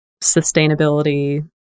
sustainability